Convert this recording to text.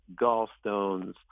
gallstones